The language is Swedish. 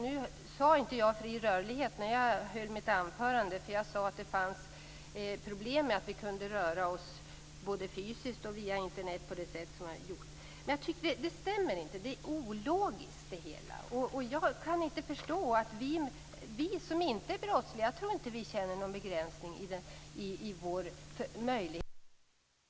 Nu sade jag inte "fri rörlighet" när jag höll mitt anförande. Jag sade att det fanns problem med att vi kunde röra oss både fysiskt och via Internet på det sätt som sker. Jag tycker inte att det stämmer. Det är ologiskt, och jag kan inte förstå det. Jag tror inte att vi som inte är brottsliga känner någon begränsning i vår möjlighet att röra oss i samhället. Jag tror inte att vi känner att vi har ögon på oss i hela samhället så fort vi är ute någonstans för att vi har en kontroll från poliser och myndigheter.